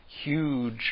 huge